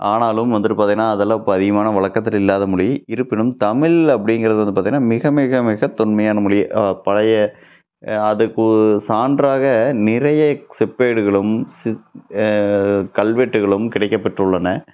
ஆனாலும் வந்துவிட்டு பார்த்தீங்கன்னா அதெல்லாம் இப்போ அதிகமான வழக்கத்துல இல்லாத மொழி இருப்பிணும் தமிழ் அப்படிங்கிறது வந்து பார்த்தீங்கன்னா மிக மிக மிக தொன்மையான மொழி பழைய அதுக்கு சான்றாக நிறைய செப்பேடுகளும் சிப் கல்வெட்டுகளும் கிடைக்கப் பெற்றுள்ளன